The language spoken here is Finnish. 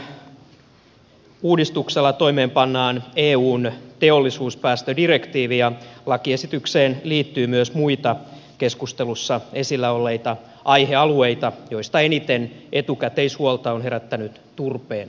ympäristönsuojelulain uudistuksella toimeenpannaan eun teollisuuspäästödirektiivi ja lakiesitykseen liittyy myös muita keskustelussa esillä olleita aihealueita joista eniten etukäteishuolta on herättänyt turpeen asema